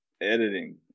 editing